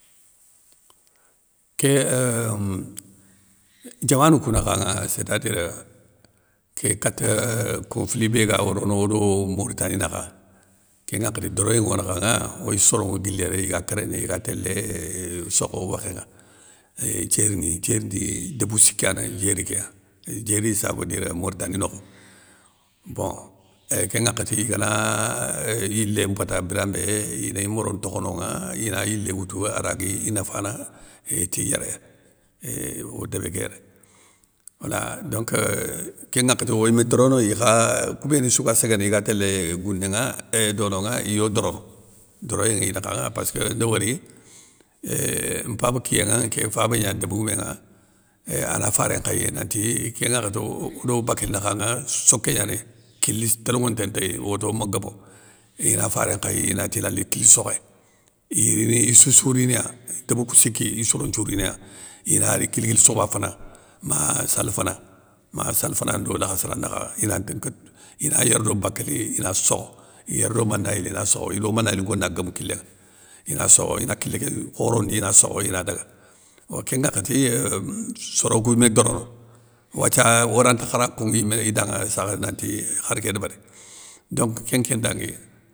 Ké euuhh diamanou kou nakhanŋa sé ta dire, ké kata confli bé ga rono odo mourtani nakha, kén ŋakhati doroyé nŋo nakhanŋa, oy soronva guili yéré iga kéréné iga télé sokho wokhéŋa, ay diérini diérini, débou siki yani diéri ké ya, diéri sa veu dire mourtani nokho, bon kén ŋakhati igana euuuuhh yilé mpata biran mbé, ini moro ntokho nonŋa ina yilé woutou aragui i nafana itiyéré, éuuh o débé ké yéré wala. Donc kénŋakhati oy mé dorono, ikha kou bénissou ga séguéné iga télé gounénŋa, éuuh dononŋa iyo dorono doroyé nŋi nakhanŋa passkeunda wori euuh mpaba kiyénŋa nké faba gna débé gouménŋa éuuh ana faré nkhayiya nanti kén ŋakhati odo bakél nakhanŋa, soké gnanéy kili toloŋonté ntéy, woto ma gobo, ina faré nkhayi inati, nali kili sokhé, iyi rini, issoussou riniya, débou kou siki, i soro nthiou rina, inari guil guili sokhoba fana, ma sali fana ma sali fana ndo lakhassara nakha inan kate ina yér do bakéli ina sokho, yér do manayéli ina sokho, ido manayélinko na gomou kilénŋa, ina sokho ina kilé ké khorondi ina sokho, ina daga. Yo kén ŋakhati euuh soro kouy mé dorono, wathia orante khara konŋi yimé idanŋa sakhe nanti khar ké débéri, donc kén nké ndangui.